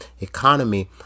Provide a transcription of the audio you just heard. economy